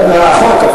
לפי החוק.